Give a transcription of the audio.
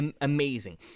amazing